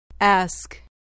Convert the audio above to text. Ask